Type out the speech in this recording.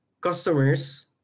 customers